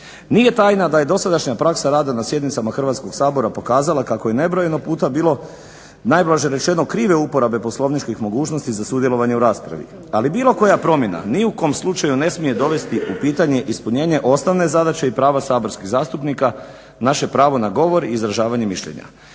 Nije tajna da je dosadašnja praksa rada na sjednicama Hrvatskog sabora pokazala kako je nebrojeno puta bilo najblaže rečeno krive uporabe poslovničkih mogućnosti za sudjelovanje u raspravi. Ali bilo koja promjena ni u kom slučaju ne smije dovesti u pitanje ispunjenje osnovne zadaće i prava saborskih zastupnika, naše pravo na govor i izražavanje mišljenja